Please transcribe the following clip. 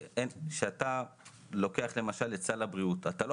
כשאתה לוקח למשל את סל הבריאות - אתה לא